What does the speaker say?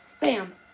bam